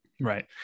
Right